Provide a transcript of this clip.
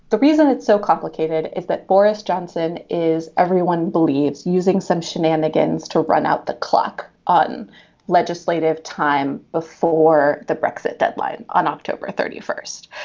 the reason it's so complicated is that boris johnson is everyone believes using some shenanigans to run out the clock on legislative time before the brexit deadline on october thirty first.